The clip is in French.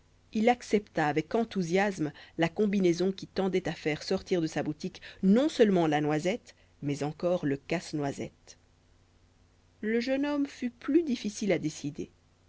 il accepta avec enthousiasme la combinaison qui tendait à faire sortir de sa boutique non seulement la noisette mais encore le casse-noisette le jeune homme fut plus difficile à décider